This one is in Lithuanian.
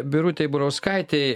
birutei burauskaitei